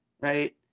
right